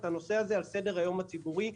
את הנושא על סדר-היום הציבורי.